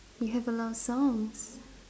you have a lot of songs